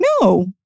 No